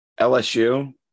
LSU